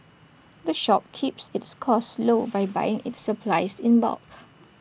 the shop keeps its costs low by buying its supplies in bulk